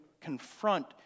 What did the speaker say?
confront